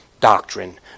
doctrine